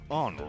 on